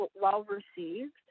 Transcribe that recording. well-received